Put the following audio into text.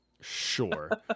sure